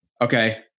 Okay